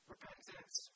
Repentance